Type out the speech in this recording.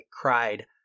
cried